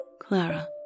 Clara